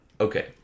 Okay